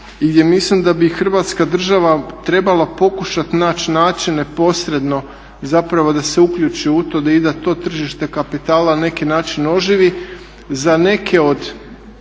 mislim da bi hrvatska država trebala pokušati naći načine posredno zapravo da se uključi u to i da to tržište kapitala na neki način oživi. Za neke od